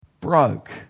broke